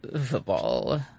football